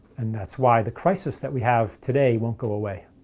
and that's why the crisis that we have today won't go away.